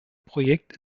projekt